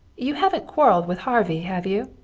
you haven't quarreled with harvey, have you?